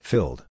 Filled